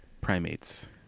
primates